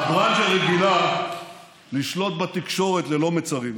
ואני מאוד גאה שיש בבית המשפט גם ייצוג הולם של כל קבוצות האוכלוסייה,